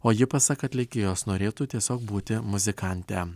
o ji pasak atlikėjos norėtų tiesiog būti muzikante